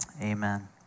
amen